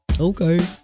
Okay